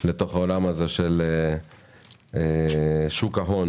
לתוך העולם הזה של שוק ההון